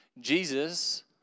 Jesus